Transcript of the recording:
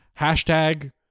Hashtag